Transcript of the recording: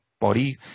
body